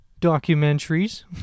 Documentaries